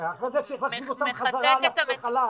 ואחרי זה צריך להחזיר אותם חזרה לחל"ת.